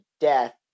death